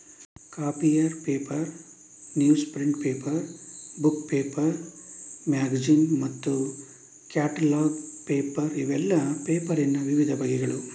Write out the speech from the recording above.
copier paper, newsprint paper, book paper, magazine ಮತ್ತು catalogue paper ಇವೆಲ್ಲ ಪೇಪರಿನ ವಿವಿಧ ಬಗೆಗಳು